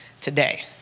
today